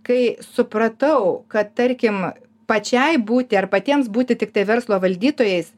kai supratau kad tarkim pačiai būti ar patiems būti tiktai verslo valdytojais